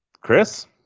chris